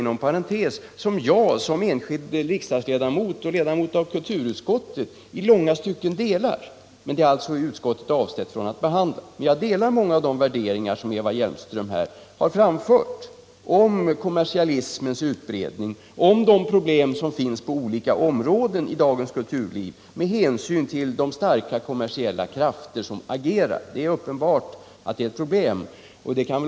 Inom parentes skulle jag vilja säga att i vpk:s motion finns värderingar som jag som enskild riksdagsledamot och ledamot av kulturutskottet delar i många stycken. De starka kommersiella krafter som agerar är uppenbart ett problem.